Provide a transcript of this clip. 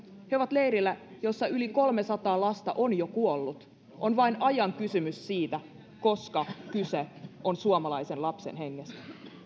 he ovat leirillä jossa yli kolmesataa lasta on jo kuollut on vain ajan kysymys koska kyse on suomalaisen lapsen hengestä